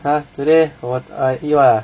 !huh! today 我 I eat what ah